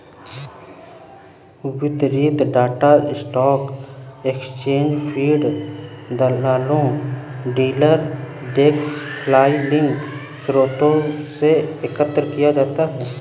वितरित data stock exchange feed, दलालों, dealer desk filing स्रोतों से एकत्र किया जाता है